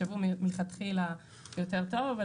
מלכתחילה יחשבו יותר טוב.